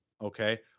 Okay